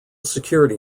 security